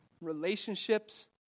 relationships